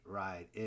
right